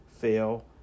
fail